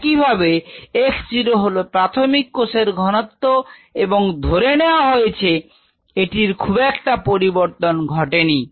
একইভাবে x0 হলো প্রাথমিক কোষের ঘনত্ব এবং ধরে নেওয়া হয়েছে এটির খুব একটা পরিবর্তন ঘটেনি